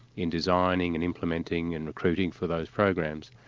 in designing and implementing and recruiting for those programs.